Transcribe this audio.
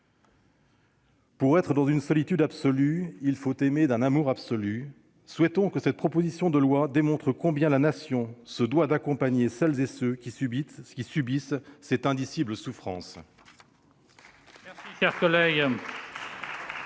Pour être dans une solitude absolue, il faut aimer d'un amour absolu. » Souhaitons que cette proposition de loi mette en évidence combien la Nation se doit d'accompagner celles et ceux qui subissent cette indicible souffrance.